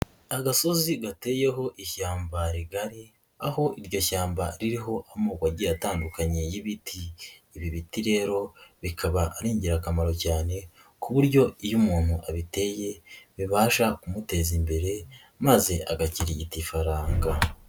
Agasozi gateyeho ishyamba rigari, aho iryo shyamba ririho amoko agiye atandukanye y'ibiti, ibi biti rero bikaba ari ingirakamaro cyane, ku buryo iyo umuntu abiteye bibasha kumuteza imbere, maze agakirigita ifaranga.